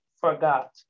forgot